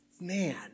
man